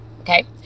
okay